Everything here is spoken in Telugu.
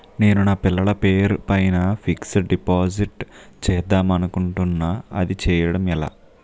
నేను నా పిల్లల పేరు పైన ఫిక్సడ్ డిపాజిట్ చేద్దాం అనుకుంటున్నా అది చేయడం ఎలా?